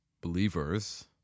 believers